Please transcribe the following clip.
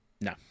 No